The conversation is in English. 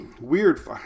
weird